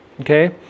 okay